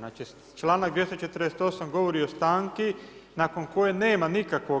Znači članak 248. govori o stanki nakon koje nema nikakve